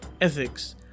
ethics